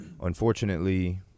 unfortunately